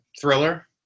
thriller